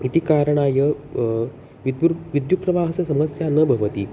इति कारणात् विद्युत् विद्युत्प्रवाहस्य समस्या न भवति